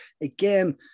Again